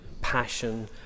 passion